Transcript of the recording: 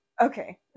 Okay